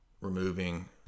removing